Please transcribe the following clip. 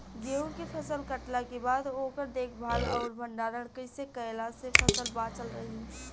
गेंहू के फसल कटला के बाद ओकर देखभाल आउर भंडारण कइसे कैला से फसल बाचल रही?